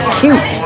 cute